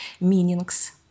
meanings